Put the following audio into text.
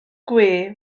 gwe